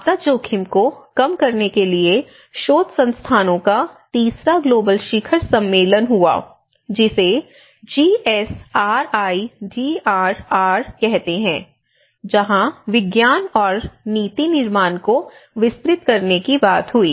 आपदा जोखिम को कम करने के लिए शोध संस्थानों का तीसरा ग्लोबल शिखर सम्मेलन हुआ जिसे जीएसआरआईडीआरआर कहते हैं जहां विज्ञान और नीति निर्माण को विस्तृत करने की बात हुई